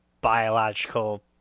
biological